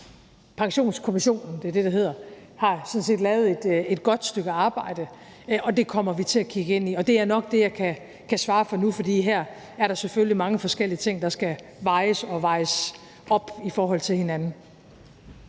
Pensionskommissionen sådan set har lavet et godt stykke arbejde – og det kommer vi til at kigge ind i. Det er nok det, jeg kan svare nu, for her er der selvfølgelig mange forskellige ting, der skal vejes og vejes op i forhold til hinanden.